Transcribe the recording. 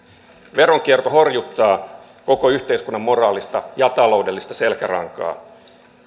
veronkierto horjuttaa koko yhteiskunnan moraalista ja taloudellista selkärankaa